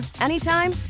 anytime